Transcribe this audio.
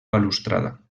balustrada